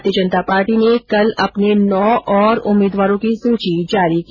भारतीय जनता पार्टी ने कल अपने नौ और उम्मीदवारों की सूची जारी की